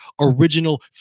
original